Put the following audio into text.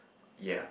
yea